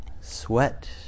sweat